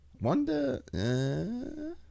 Wonder